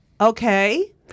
okay